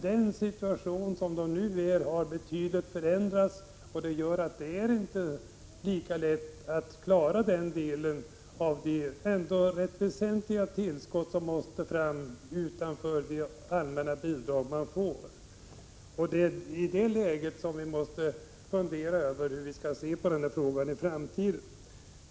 Men situationen har förändrats betydligt och det gör att det inte är lika lätt att klara det rätt väsentliga tillskott som måste fram utöver de allmänna bidrag man får. Det är i det läget som vi måste fundera över hur vi skall se på frågan i framtiden.